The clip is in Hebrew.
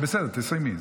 זה בסדר, תסיימי.